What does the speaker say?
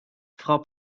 frau